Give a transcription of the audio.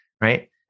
right